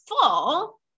full